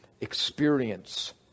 experience